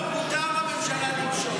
מותר לממשלה למשול.